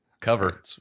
Cover